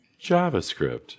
JavaScript